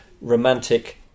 Romantic